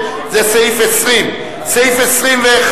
זה סעיף 20, סעיף 21,